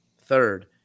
third